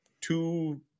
two